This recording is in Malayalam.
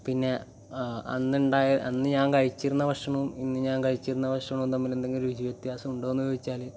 പിന്നെ അന്നുണ്ടായ അന്ന് ഞാൻ കഴിച്ചിരുന്ന ഭക്ഷണവും ഇന്ന് ഞാൻ കഴിച്ചിരുന്ന ഭക്ഷണവും തമ്മിലെന്തെങ്കിലും രുചി വ്യത്യാസമുണ്ടോ എന്ന് ചോദിച്ചാൽ